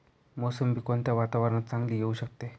मोसंबी कोणत्या वातावरणात चांगली येऊ शकते?